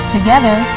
Together